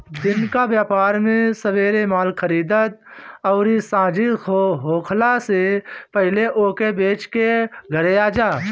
दिन कअ व्यापार में सबेरे माल खरीदअ अउरी सांझी होखला से पहिले ओके बेच के घरे आजा